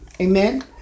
Amen